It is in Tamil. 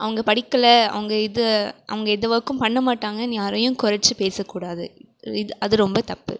அவங்க படிக்கலை அவங்க இது அவங்க எந்த ஒர்க்கும் பண்ண மாட்டாங்கனு யாரையும் குறைச்சி பேசக்கூடாது இது அது ரொம்ப தப்பு